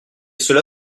cela